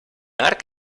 arc